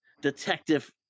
detective